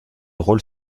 rôle